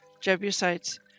Jebusites